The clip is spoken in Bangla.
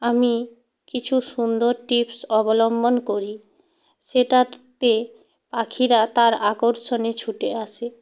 আমি কিছু সুন্দর টিপস অবলম্বন করি সেটাতে পাখিরা তার আকর্ষণে ছুটে আসে